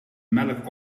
melk